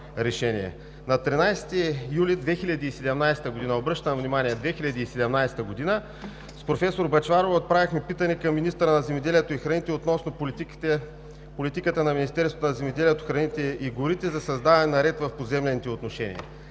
На 13 юли 2017 г., обръщам внимание – 2017 г., с професор Бъчварова отправихме питане към министъра на земеделието и храните относно политиката на Министерството на земеделието, храните и горите за създаване на ред в поземлените отношения.